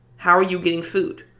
how are you getting food?